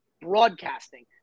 broadcasting